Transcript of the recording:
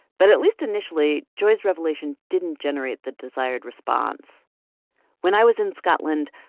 but at least initially, joy's revelation didn't generate the desired response when i was in scotland,